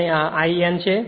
અને આ l N છે